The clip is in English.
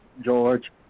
George